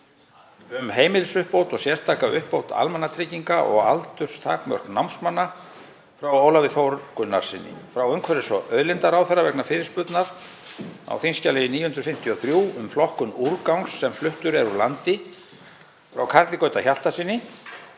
um heimilisuppbót og sérstaka uppbót almannatrygginga og aldurstakmörk námsmanna, frá Ólafi Þór Gunnarssyni; frá umhverfis- og auðlindaráðherra vegna fyrirspurnar á þskj. 953, um flokkun úrgangs sem fluttur er úr landi, frá Karli Gauta Hjaltasyni,